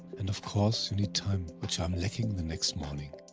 and of course, you need time, which i am lacking the next morning.